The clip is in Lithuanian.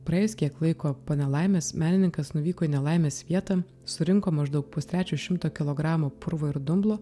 praėjus kiek laiko po nelaimės menininkas nuvyko į nelaimės vietą surinko maždaug pustrečio šimto kilogramų purvo ir dumblo